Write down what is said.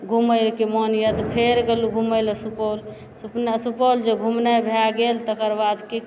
घुमएके मन यऽ तऽ फेर गेलहुँ घुमए लऽ सुपौल सुपौल जे घुमनाइ भए गेल तकर बाद की